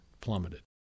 plummeted